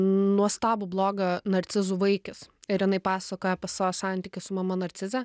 nuostabų blogą narcizų vaikis ir jinai pasakoja savo santykius su mama narcize